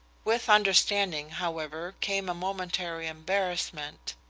with understanding, however, came a momentary embarrassment.